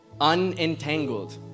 unentangled